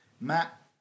Matt